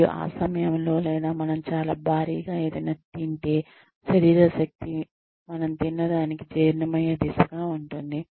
మరియు ఆ సమయంలో లేదా మనం చాలా భారీగా ఏదైనా తింటే శరీర శక్తి మనం తిన్న దానికి జీర్ణమయ్యే దిశగా ఉంటుంది